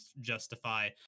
justify